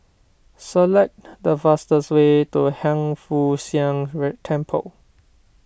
select the fastest way to Hiang Foo Siang Temple